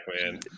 man